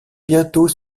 bientôt